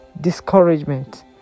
discouragement